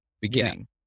beginning